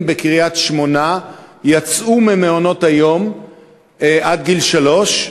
בקריית-שמונה יצאו ממעונות היום עד גיל שלוש,